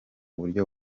buryo